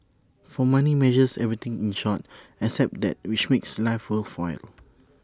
for money measures everything in short except that which makes life worthwhile